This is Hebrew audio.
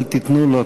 אל תיתנו לו,